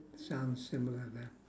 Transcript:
sounds similar there